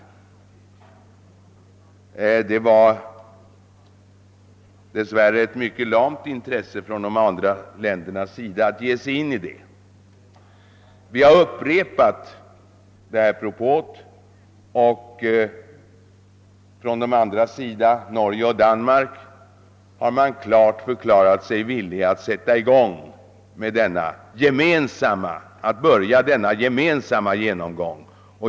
De andra länderna visade dess värre ett mycket lamt intresse för att ge sig in i det. Vi har nu upprepat denna propå och från Norges och Danmarks sida har man klart förklarat sig villig att börja en sådan gemensam genomgång.